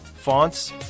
fonts